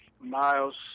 Miles